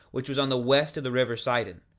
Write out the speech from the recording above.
which was on the west of the river sidon,